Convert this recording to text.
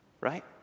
Right